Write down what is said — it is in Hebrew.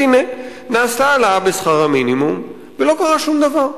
והנה, היתה העלאה בשכר המינימום ולא קרה שום דבר.